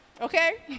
Okay